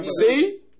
See